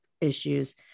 issues